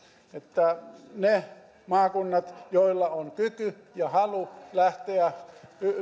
tämä aikataulutus että ne maakunnat joilla on kyky ja halu lähteä